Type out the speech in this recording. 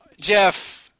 Jeff